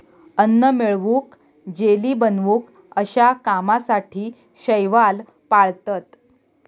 अन्न मिळवूक, जेली बनवूक अश्या कामासाठी शैवाल पाळतत